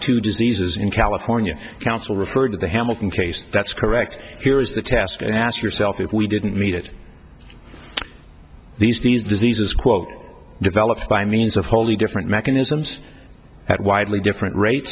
two diseases in california council referred to the hamilton case that's correct here is the test and ask yourself if we didn't meet it these days diseases quote developed by means of wholly different mechanisms at widely different rate